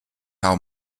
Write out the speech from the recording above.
how